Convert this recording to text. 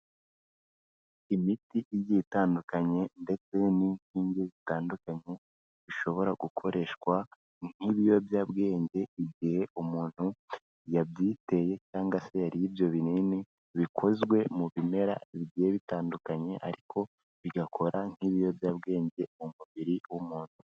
Imiti igiye itandukanye ndetse n'inshinge zitandukanye, bishobora gukoreshwa nk'ibiyobyabwenge igihe umuntu yabyiteye cyangwa se yariye ibyo binini bikozwe mu bimera bigiye bitandukanye, ariko bigakora nk'ibiyobyabwenge mu mubiri w'umuntu.